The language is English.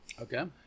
Okay